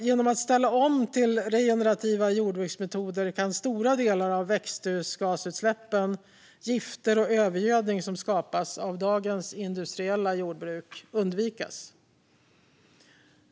Genom att ställa om till regenerativa jordbruksmetoder kan stora delar av de växthusgasutsläpp och gifter och den övergödning som skapas av dagens industriella jordbruk undvikas.